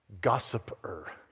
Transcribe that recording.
gossiper